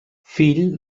fill